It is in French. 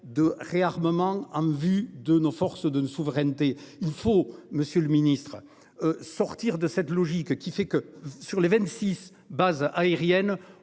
de réarmement en vue de nos forces de de souveraineté il faut Monsieur le Ministre. Sortir de cette logique qui fait que sur les 26 base aérienne